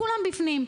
כולם בפנים.